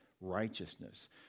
righteousness